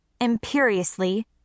Imperiously